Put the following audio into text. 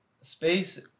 space